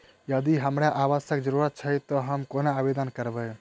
यदि हमरा आवासक जरुरत छैक तऽ हम आवेदन कोना करबै?